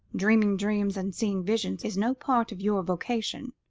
dreaming dreams and seeing visions is no part of your vocation.